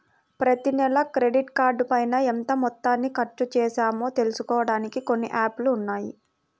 ప్రతినెలా క్రెడిట్ కార్డుపైన ఎంత మొత్తాన్ని ఖర్చుచేశామో తెలుసుకోడానికి కొన్ని యాప్ లు ఉన్నాయి